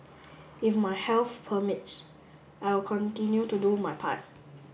if my health permits I will continue to do my part